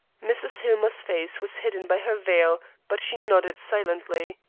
mrs. hillmer's face was hidden by her veil, but she nodded silently.